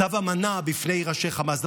כתב אמנה בפני ראשי חמאס,